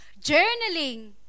Journaling